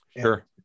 Sure